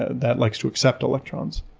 ah that likes to accept electrons.